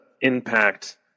impact